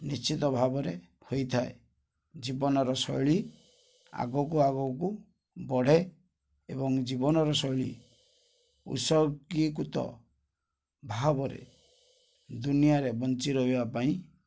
ନିଶ୍ଚିତ ଭାବରେ ହୋଇଥାଏ ଜୀବନର ଶୈଳୀ ଆଗକୁ ଆଗକୁ ବଢ଼େ ଏବଂ ଜୀବନର ଶୈଳୀ ଉତ୍ସର୍ଗୀକୃତ ଭାବରେ ଦୁନିଆରେ ବଞ୍ଚି ରହିବା ପାଇଁ